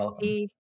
see